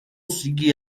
sigue